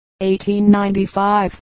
1895